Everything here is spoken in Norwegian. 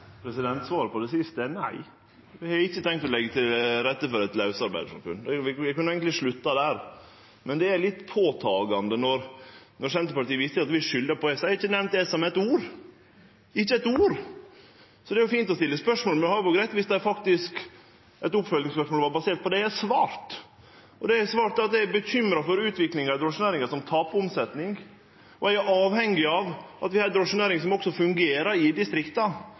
Svaret på det siste er nei. Eg har ikkje tenkt å leggje til rette for eit lausarbeidarsamfunn. Vi kunne eigentleg slutta der, men det er litt påtakeleg når Senterpartiet viser til at vi skuldar på ESA. Eg har ikkje nemnt ESA med eit ord – ikkje eit ord! Det er fint å stille spørsmål, men det hadde vore greitt om eit oppfølgingsspørsmål var basert på det eg har svart. Det eg har svart, er at eg er bekymra for utviklinga i drosjenæringa, som tapar omsetning. Eg er avhengig av at vi har ei drosjenæring som også fungerer i distrikta.